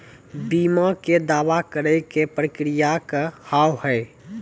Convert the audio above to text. बीमा के दावा करे के प्रक्रिया का हाव हई?